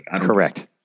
Correct